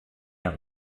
out